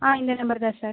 ஆ இந்த நம்பர் தான் சார்